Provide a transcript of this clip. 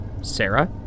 Sarah